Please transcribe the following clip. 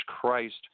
Christ